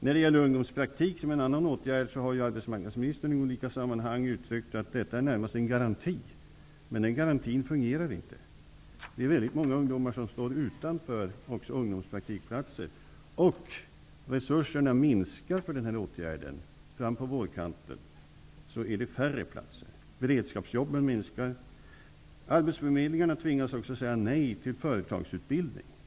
När det gäller ungdomspraktik, som är en annan åtgärd, har arbetsmarknadsministern i olika sammanhang förklarat att detta närmast är en garanti. Men den garantin fungerar inte. Väldigt många ungdomar står utanför ungdomspraktikplatser, och resurserna för dessa åtgärder minskar. Fram på vårkanten finns det färre platser. Beredskapsjobben minskar. Arbetsförmedlingarna tvingas säga nej till företagsutbildning.